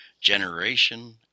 Generation